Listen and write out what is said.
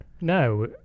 No